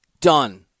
Done